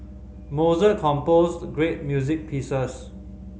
Mozart composed great music pieces